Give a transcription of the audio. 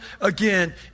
again